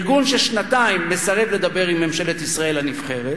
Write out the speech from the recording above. ארגון ששנתיים מסרב לדבר עם ממשלת ישראל הנבחרת,